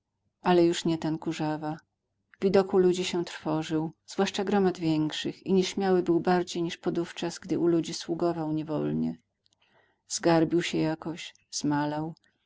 ale już nie ten kurzawa widoku ludzi się trwożył zwłaszcza gromad większych i nieśmiały był bardziej niż podówczas gdy u ludzi sługował niewolnie zgarbił się jakoś